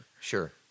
Sure